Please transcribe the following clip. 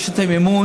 יש את המימון,